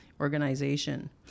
organization